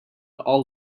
all